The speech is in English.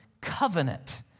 covenant